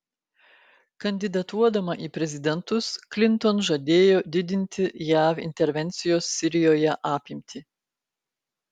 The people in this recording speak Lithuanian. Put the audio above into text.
kandidatuodama į prezidentus klinton žadėjo didinti jav intervencijos sirijoje apimtį